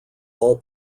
all